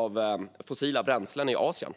av fossilt material i Asien.